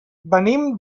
venim